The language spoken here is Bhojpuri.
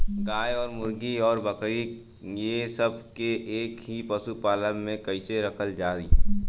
गाय और मुर्गी और बकरी ये सब के एक ही पशुपालन में कइसे रखल जाई?